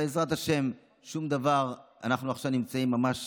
בעזרת השם, שום דבר, אנחנו עכשיו נמצאים ממש